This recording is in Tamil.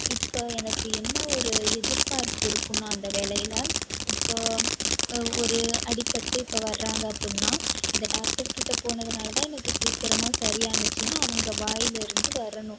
இப்போ எனக்கு என்ன ஒரு எதிர்பார்ப்பு இருக்கும்ன்னா அந்த வேலையில் இப்போ ஒரு அடிபட்டு இப்போ வராங்க அப்படினா இந்த டாக்டர்க்கிட்ட போனதனால தான் எனக்கு சீக்கிரமாக சரியானுச்சின்னு அவங்க வாயிலருந்து வரணும்